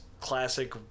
classic